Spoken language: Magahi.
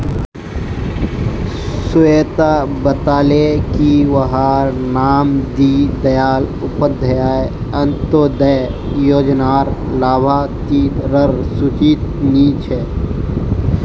स्वेता बताले की वहार नाम दीं दयाल उपाध्याय अन्तोदय योज्नार लाभार्तिर सूचित नी छे